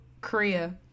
Korea